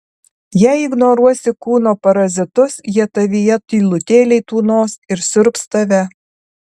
jei ignoruosi kūno parazitus jie tavyje tylutėliai tūnos ir siurbs tave